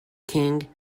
king